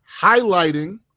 highlighting